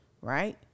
right